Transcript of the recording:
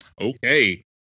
Okay